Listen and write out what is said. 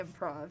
improv